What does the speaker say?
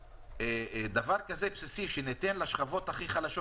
זה דבר בסיסי שניתן לשכבות הכי החלשות.